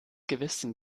gewissen